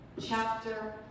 chapter